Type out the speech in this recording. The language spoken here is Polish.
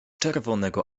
czerwonego